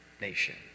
nation